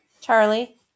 Charlie